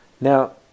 Now